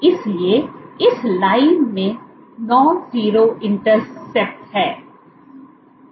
इसलिए इस लाइन में नॉनजीरो इंटरसेप्ट है